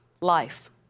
life